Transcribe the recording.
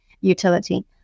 utility